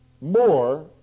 more